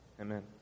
Amen